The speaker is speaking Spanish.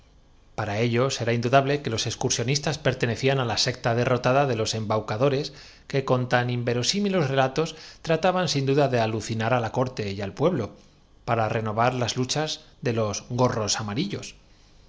para ellos era indudable que los excursionistas cuyas aplicaciones os será grato saber pertenecían á la secta derrotada de los embaucadores poco á pocoreplicó el emperador cortándole el que con tan inverosímiles relatos trataban sin duda discurso y llevando á benjamín á una puerta ante de alucinar á la corte y al pueblo para renovar las lu cuyas antas se erguían dos colosales jarrones del mis chas de los gorros amarillos su